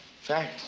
fact